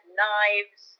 knives